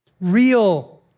real